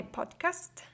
podcast